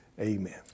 amen